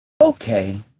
Okay